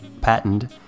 patented